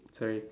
sorry